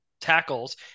tackles